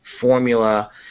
formula